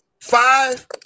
five